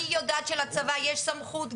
אני יודעת שלצבא יש סמכות,